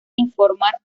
informar